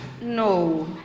No